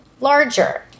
larger